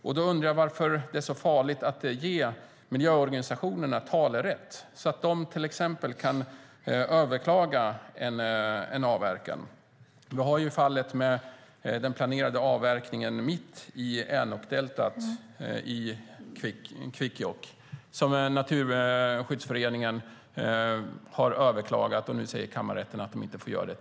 Men jag undrar varför det då är så farligt att ge miljöorganisationerna talerätt, så att de till exempel kan överklaga en avverkning. Vi har fallet med den planerade avverkningen mitt i Änokdeltat i Kvikkjokk, som Naturskyddsföreningen har överklagat. Nu säger kammarrätten att de inte får göra det.